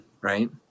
Right